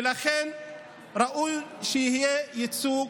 ולכן ראוי שיהיה ייצוג